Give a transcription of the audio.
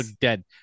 dead